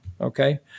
Okay